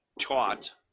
taught